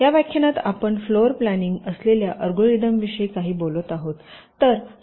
या व्याख्यानात आपण फ्लोर प्लॅनिंगसाठी असलेल्या अल्गोरिदमांविषयी काही बोलत आहोत